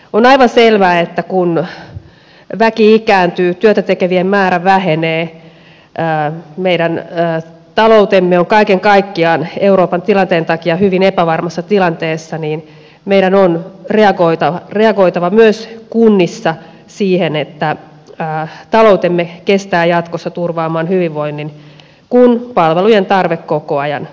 on aivan selvää että kun väki ikääntyy työtä tekevien määrä vähenee meidän taloutemme on kaiken kaikkiaan euroopan tilanteen takia hyvin epävarmassa tilanteessa niin meidän on reagoitava myös kunnissa siihen että taloutemme kestää jatkossa turvaamaan hyvinvoinnin kun palvelujen tarve koko ajan kasvaa